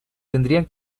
tendría